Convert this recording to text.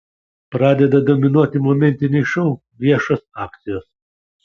pradeda dominuoti momentiniai šou viešos akcijos